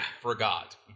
Forgot